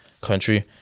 country